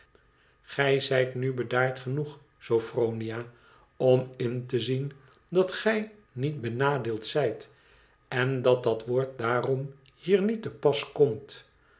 gij zijt nu bedaard genoeg sophronia om in te zien dat gij niet benadeeld zijt en dat dat woord daarom hier niet te pas komt